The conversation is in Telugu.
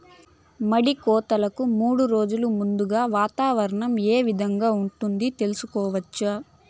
మడి కోతలకు మూడు రోజులు ముందుగా వాతావరణం ఏ విధంగా ఉంటుంది, తెలుసుకోవచ్చా?